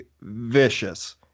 vicious